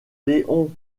léon